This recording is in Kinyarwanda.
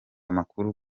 amakuru